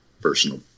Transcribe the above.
Personal